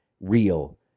real